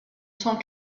cent